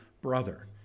brother